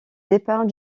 départ